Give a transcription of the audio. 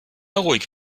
ruhig